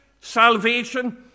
salvation